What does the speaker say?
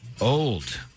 old